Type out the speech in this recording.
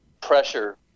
pressure